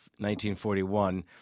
1941